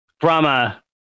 Brahma